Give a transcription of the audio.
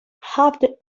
have